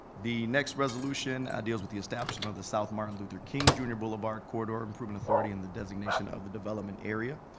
the next resolution deals with the establishment of the south martin luther king, jr. blvd. corridor improvement authority and the designation of the development area.